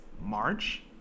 March